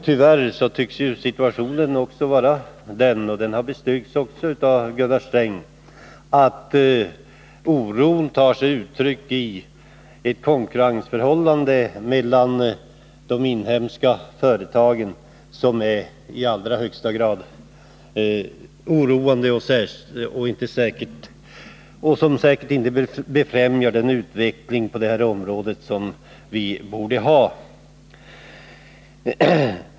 Tyvärr tycks oron — det har bestyrkts också av Gunnar Sträng — ta sig uttryck i ett konkurrensförhållande mellan de inhemska företagen som är i allra högsta grad oroande och som säkert inte befrämjar den utveckling på det här området som är eftersträvansvärd.